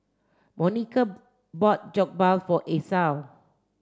Monica bought Jokbal for Esau